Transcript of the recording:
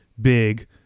big